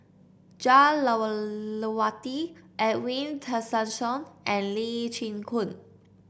Jah Lelawati Edwin Tessensohn and Lee Chin Koon